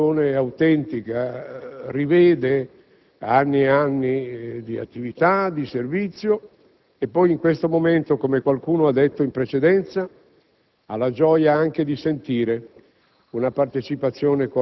in questi momenti si vive una partecipazione autentica, si rivedono anni e anni di attività, di servizio. Poi, in questo momento, come qualcuno ha detto in precedenza,